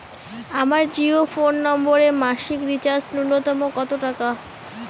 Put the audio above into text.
আমার জিও ফোন নম্বরে মাসিক রিচার্জ নূন্যতম কত টাকা?